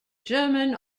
german